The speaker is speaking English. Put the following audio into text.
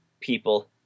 people